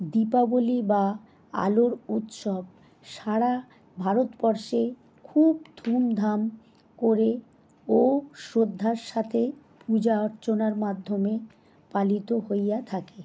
দীপাবলি বা আলোর উৎসব সারা ভারতবর্ষে খুব ধুমধাম করে ও শ্রদ্ধার সাথে পূজা অর্চনার মাধ্যমে পালিত হইয়া থাকে